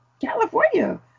California